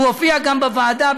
הוא הופיע גם בוועדה,